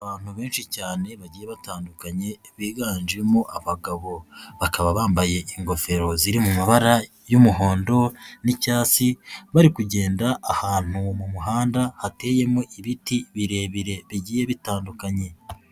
Abantu benshi cyane bagiye batandukanye biganjemo abagabo bakaba bambaye ingofero ziri mu mabara y'umuhondo n'icyatsi, bari kugenda ahantu mu muhanda hateyemo ibiti birebire bigiye bitandukanye.